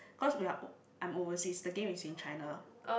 cause we're o~ I'm overseas the game is in China